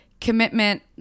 commitment